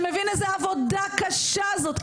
שמבין איזו עבודה קשה זאת,